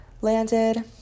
landed